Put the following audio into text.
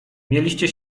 mieliście